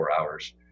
hours